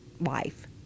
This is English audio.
life